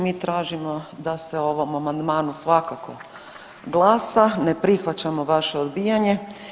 Mi tražimo da se o ovom amandmanu svakako glasa, ne prihvaćamo vaše odbijanje.